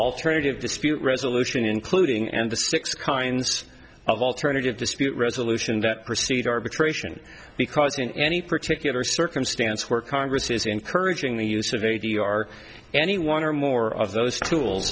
alternative dispute resolution including and the six kinds of alternative dispute resolution that precede arbitration because in any particular circumstance where congress is encouraging the use of a d r any one or more of those tools